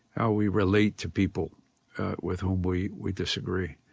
how we relate to people with whom we we disagree.